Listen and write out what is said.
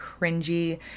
cringy